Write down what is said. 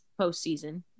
postseason